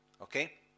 Okay